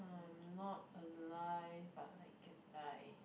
I am not alive but I can die